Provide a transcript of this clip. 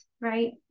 right